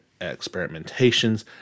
experimentations